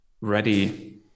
ready